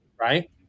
Right